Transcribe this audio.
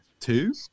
two